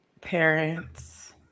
Parents